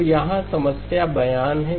तो यहाँ समस्या बयान है